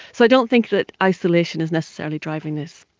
so i don't think that isolation is necessarily driving this.